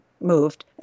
moved